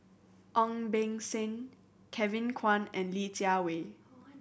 Ong Beng Seng Kevin Kwan and Li Jiawei